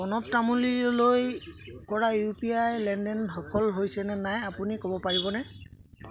প্ৰণৱ তামুলীলৈ কৰা U P I লেনদেনটো সফল হৈছে নে নাই আপুনি ক'ব পাৰিবনে